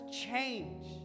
change